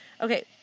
Okay